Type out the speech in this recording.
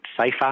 safer